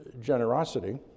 generosity